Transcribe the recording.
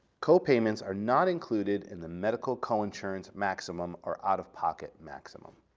copayments are not included in the medical coinsurance maximum or out-of-pocket maximum.